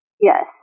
Yes